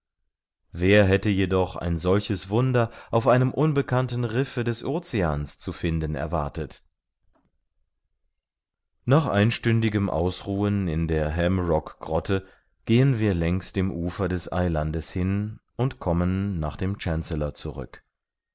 wer hätte jedoch ein solches wunder auf einem unbekannten riffe des oceans zu finden erwartet nach einstündigem ausruhen in der ham rock grotte gehen wir längs dem ufer des eilandes hin und kommen nach dem chancellor zurück